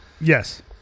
Yes